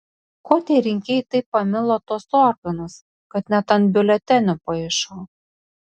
ko tie rinkėjai taip pamilo tuos organus kad net ant biuletenių paišo